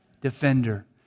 defender